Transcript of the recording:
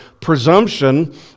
presumption